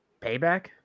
Payback